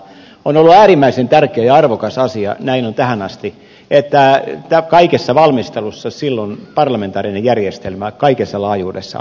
on ollut äärimmäisen tärkeä ja arvokas asia tähän asti että kaikessa valmistelussa silloin parlamentaarinen järjestelmä kaikessa laajuudessaan on mukana